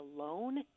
alone